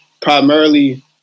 primarily